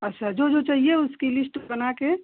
अच्छा जो जो चाहिए उसकी लिस्ट बना कर